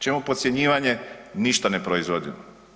Čemu podcjenjivanje ništa ne proizvodimo?